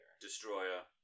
Destroyer